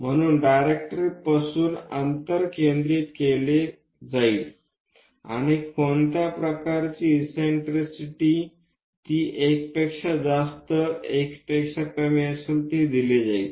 म्हणून डायरेक्ट्रिक्सपासून फोकसचे अंतर दिले जाईल आणि कोणत्या प्रकारची इससेन्ट्रिसिटी ते 1 पेक्षा जास्त 1 पेक्षा कमी असेल ते दिले जाईल